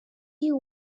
you